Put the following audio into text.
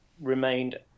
remained